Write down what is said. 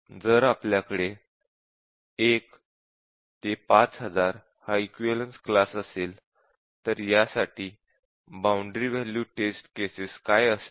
जर आपल्याकडे 1 ते 5000 हा इक्विवलेन्स क्लास असेल तर यासाठी बाउंडरी वॅल्यू टेस्ट केसेस काय असतील